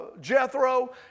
Jethro